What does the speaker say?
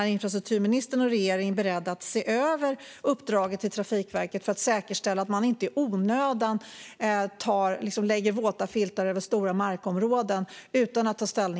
Är ministern och regeringen beredda att, utan att ta ställning i ett enskilt fall, se över uppdraget till Trafikverket för att säkerställa att man inte i onödan lägger våta filtar över stora markområden?